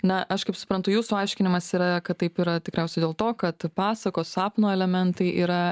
na aš kaip suprantu jūsų aiškinimas yra kad taip yra tikriausiai dėl to kad pasakos sapno elementai yra